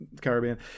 Caribbean